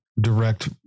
direct